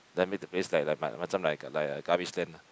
then make the place like like macam like a like a garbage land ah